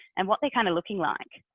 and what they kind of looking like.